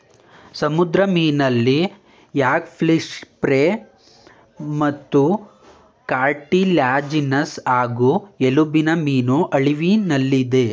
ಸಮುದ್ರ ಮೀನಲ್ಲಿ ಹ್ಯಾಗ್ಫಿಶ್ಲ್ಯಾಂಪ್ರೇಮತ್ತುಕಾರ್ಟಿಲ್ಯಾಜಿನಸ್ ಹಾಗೂ ಎಲುಬಿನಮೀನು ಅಳಿವಿನಲ್ಲಿದಾವೆ